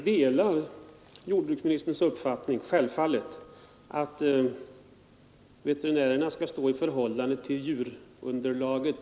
Herr talman! Jag delar självfallet jordbruksministerns uppfattning att antalet veterinärer skall stå i förhållande till djurunderlaget.